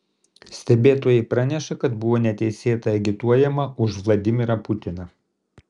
stebėtojai praneša kad buvo neteisėtai agituojama už vladimirą putiną